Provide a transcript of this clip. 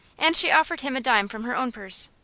and she offered him a dime from her own purse.